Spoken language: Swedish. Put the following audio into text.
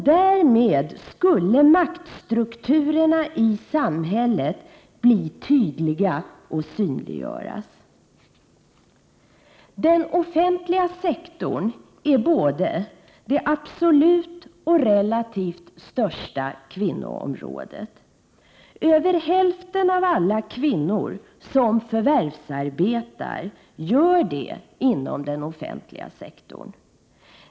Därmed skulle maktstrukturerna i samhället bli tydliga och synliggöras. Den offentliga sektorn är både absolut och relativt sett det största kvinnoområdet. Över hälften av alla kvinnor som förvärvsarbetar finns inom den offentliga sektorn.